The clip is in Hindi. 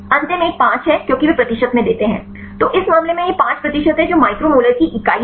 अंतिम एक 5 है क्योंकि वे प्रतिशत में देते हैं तो इस मामले में यह 5 प्रतिशत है जो माइक्रो मोलर की इकाई है